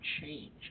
change